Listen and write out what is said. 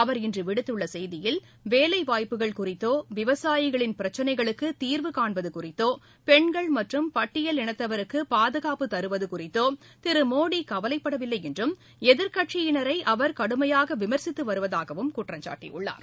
அவர் இன்று விடுத்துள்ள செய்தியில் வேலைவாய்ப்புகள் குறித்தோ விவசாயிகளின் பிரச்சினைகளுக்கு தீர்வுகாண்பது குறித்தோ பெண்கள் மற்றும் பட்டியலினத்தவருக்கு பாதுகாப்பு தருவது குறித்தோ திரு மோடி கவலைப்படவில்லை என்றும் எதிர்க்கட்சியினரை அவர் கடுமையாக விமர்சித்து வருவதாகவும் குற்றம் சாட்டியுள்ளார்